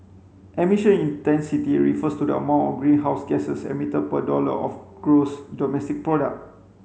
emission intensity refers to the amount of greenhouse gases emitted per dollar of gross domestic product